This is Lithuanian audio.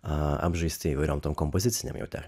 apžaisti įvairiom tom kompozicinėm jau ten